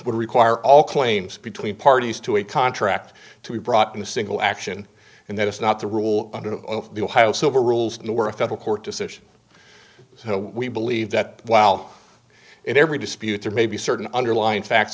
would require all claims between parties to a contract to be brought in a single action and that is not the rule under the ohio civil rules and the worth federal court decision so we believe that while in every dispute there may be certain underlying facts